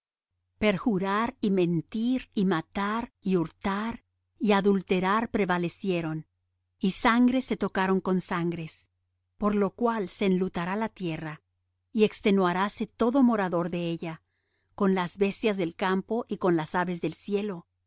perjurar y mentir y matar y hurtar y adulterar prevalecieron y sangres se tocaron con sangres por lo cual se enlutará la tierra y extenuaráse todo morador de ella con las bestias del campo y las aves del cielo